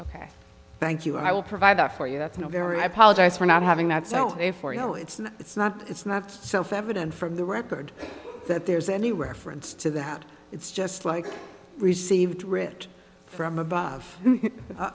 ok thank you i will provide that for you that's not very i apologize for not having that so therefore you know it's not it's not it's not self evident from the record that there's any reference to that it's just like received writ from above